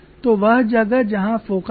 तो वह जगह जहां फोकस है